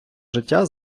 життя